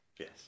Yes